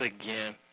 again